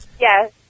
Yes